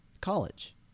college